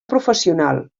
professional